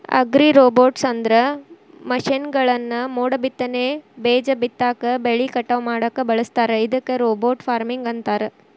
ಅಗ್ರಿರೋಬೊಟ್ಸ್ಅಂದ್ರ ಮಷೇನ್ಗಳನ್ನ ಮೋಡಬಿತ್ತನೆ, ಬೇಜ ಬಿತ್ತಾಕ, ಬೆಳಿ ಕಟಾವ್ ಮಾಡಾಕ ಬಳಸ್ತಾರ ಇದಕ್ಕ ರೋಬೋಟ್ ಫಾರ್ಮಿಂಗ್ ಅಂತಾರ